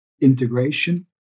integration